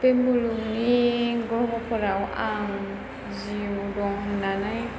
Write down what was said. बे मुलुगनि ग्रहफोराव आं जिउ दं होननानै